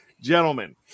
gentlemen